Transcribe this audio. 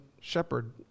shepherd